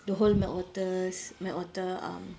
the whole melt waters melt water um